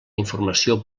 informació